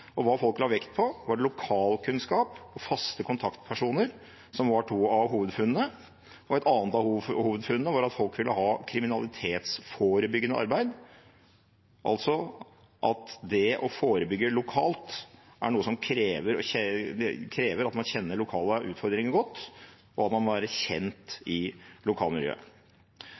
og hva folk la vekt på, var det lokalkunnskap og faste kontaktpersoner som var to av hovedfunnene. Et annet av hovedfunnene var at folk ville ha kriminalitetsforebyggende arbeid, altså at det å forebygge lokalt er noe som krever at man kjenner lokale utfordringer godt, og at man må være kjent i lokalmiljøet.